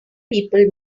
people